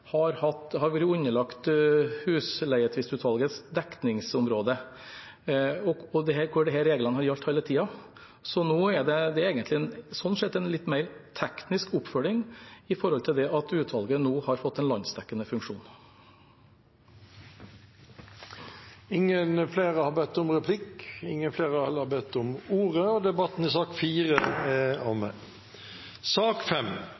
har vært underlagt husleietvisteutvalgets dekningsområde hvor disse reglene har vært gjeldende hele tiden. Nå er dette sånn sett en mer teknisk oppfølging ved at utvalget nå har fått en landsdekkende funksjon. Replikkordskiftet er omme. Flere har ikke bedt om ordet til debatten i sak nr. 4. Etter ønske fra transport- og kommunikasjonskomiteen vil presidenten ordne debatten